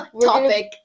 topic